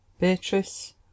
Beatrice